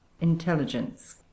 intelligence